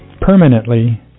permanently